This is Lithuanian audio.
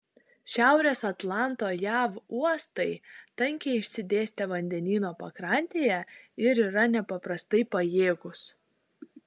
šiaurės atlanto jav uostai tankiai išsidėstę vandenyno pakrantėje ir yra nepaprastai pajėgūs